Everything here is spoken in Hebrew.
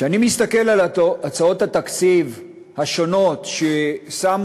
כשאני מסתכל על הצעות התקציב השונות ששמו